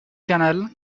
kernel